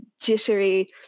jittery